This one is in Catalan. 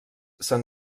se’n